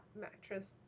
mattress